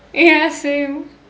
ya same